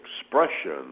expression